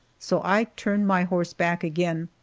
so i turned my horse back again,